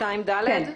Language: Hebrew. סעיף 2(ד).